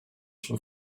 suo